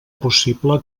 possible